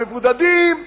המבודדים,